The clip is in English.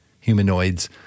humanoids